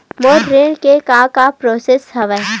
मोर ऋण के का का प्रोसेस हवय?